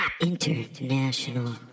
International